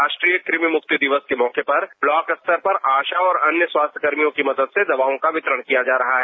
राष्ट्रीय कृमि मुक्ति दिवस के मौके पर ब्लाक स्तर पर आशा और अन्य स्वास्थ्य कर्मियों की मदद से दवाओं का वितरण किया जा रहा है